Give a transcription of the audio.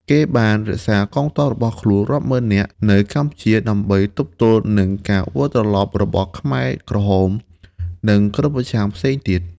គេបានរក្សាកងទ័ពរបស់ខ្លួនរាប់ម៉ឺននាក់នៅកម្ពុជាដើម្បីទប់ទល់នឹងការវិលត្រឡប់របស់ខ្មែរក្រហម និងក្រុមប្រឆាំងផ្សេងទៀត ។